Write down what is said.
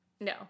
No